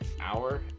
hour